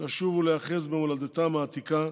לשוב ולהיאחז במולדתם העתיקה,